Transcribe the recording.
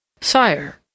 Sire